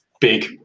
big